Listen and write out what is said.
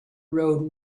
road